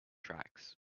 tracks